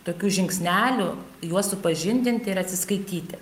tokių žingsnelių juos supažindinti ir atsiskaityti